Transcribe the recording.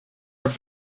are